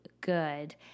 good